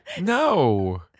No